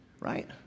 Right